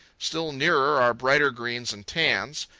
still nearer are brighter greens and tans,